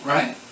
Right